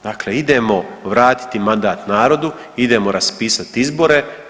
Dakle idemo vratiti mandat narodu, idemo raspisati izbore.